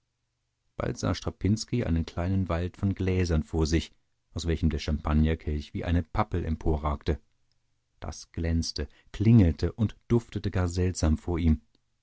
bald sah strapinski einen kleinen wald von gläsern vor sich aus welchem der champagnerkelch wie eine pappel emporragte das glänzte klingelte und duftete gar seltsam vor ihm